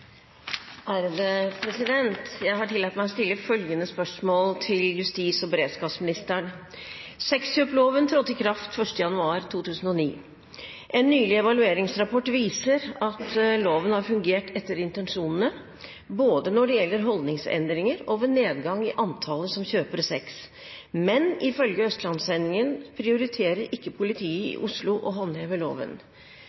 justis- og beredskapsministeren: «Sexkjøpsloven trådte i kraft 1. januar 2009. En nylig evalueringsrapport viser at loven har fungert etter intensjonene, både når det gjelder holdningsendringer og ved nedgang i antallet som kjøper sex. Men ifølge Østlandssendingen prioriterer ikke politiet i Oslo å håndheve loven.